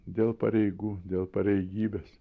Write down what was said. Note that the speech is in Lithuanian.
dėl pareigų dėl pareigybės